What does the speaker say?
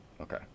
Okay